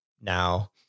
now